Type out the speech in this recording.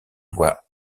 voies